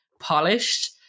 polished